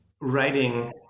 writing